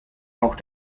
auch